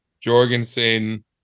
Jorgensen